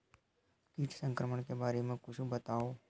कीट संक्रमण के बारे म कुछु बतावव?